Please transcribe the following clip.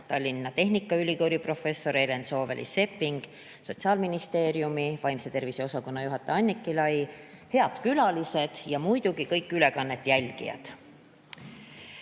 Tallinna Tehnikaülikooli professor Helen Sooväli-Sepping, Sotsiaalministeeriumi vaimse tervise osakonna juhataja Anniki Lai! Head külalised ja muidugi kõik ülekande jälgijad!